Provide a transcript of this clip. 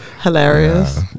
hilarious